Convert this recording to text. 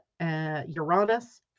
Uranus